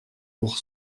pour